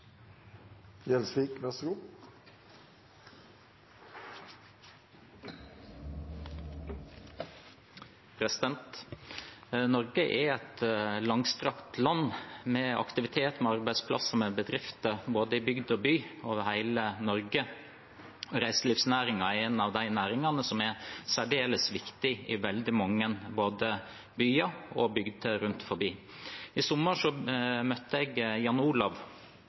et langstrakt land med aktivitet, med arbeidsplasser, med bedrifter i både bygd og by. Reiseliv er en av de næringene som er særdeles viktig i veldig mange byer og bygder rundt forbi. I sommer møtte jeg Jan Olav